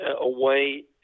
away